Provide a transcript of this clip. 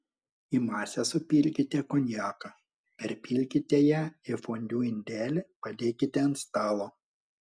į masę supilkite konjaką perpilkite ją į fondiu indelį padėkite ant stalo